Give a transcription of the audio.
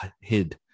hid